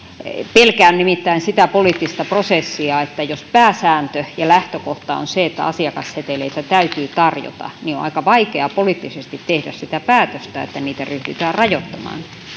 pelkään nimittäin sitä poliittista prosessia että jos pääsääntö ja lähtökohta on se että asiakasseteleitä täytyy tarjota niin on aika vaikeaa poliittisesti tehdä sitä päätöstä että niitä ryhdytään rajoittamaan